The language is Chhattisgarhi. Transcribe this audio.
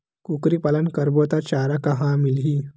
कुकरी पालन करबो त चारा कहां मिलही?